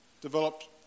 developed